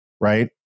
right